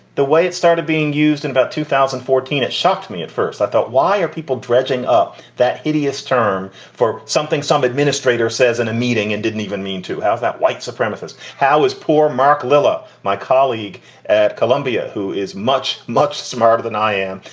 the way it started being used in about two thousand and fourteen. it shocked me. at first i thought, why are people dredging up that hideous term for something some administrator says in a meeting and didn't even mean to have that white supremacist? how is poor mark lilla, my colleague at columbia, who is much, much smarter than i am.